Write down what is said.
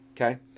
Okay